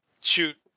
shoot